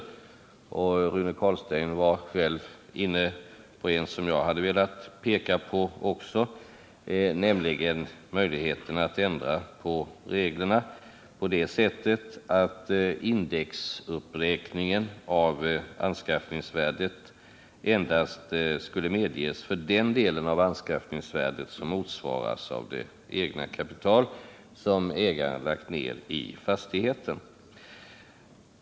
Rune Carlstein var inne på en som jag också hade velat peka på, nämligen möjligheten att ändra reglerna på det sättet att indexuppräkningen av anskaffningsvärdet endast skulle medges för den del av anskaffningsvärdet som motsvaras av det egna kapital som ägaren lagt ned i fastigheten.